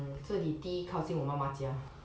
这里第一靠近我妈妈家